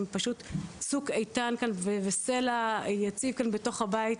פשוט צוק איתן כאן וסלע יציב כאן בתוך הבית.